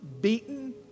beaten